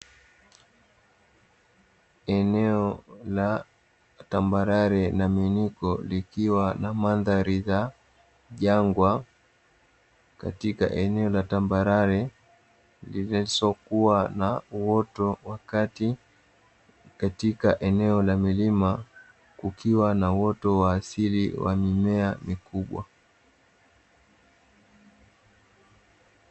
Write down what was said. Eneo la tambalare na miiniko likiwa na madhari za jangwa katika eneo la tambalare, lisilokuwa na uoto katika eneo la milima kukiwa na uoto wa asili wa mimea mikubwa.